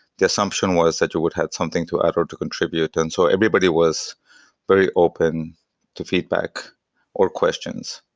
the assumption was that you would have something to add or to contribute. and so everybody was very open to feedback or questions.